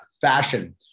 fashion